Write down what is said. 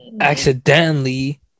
accidentally